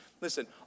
Listen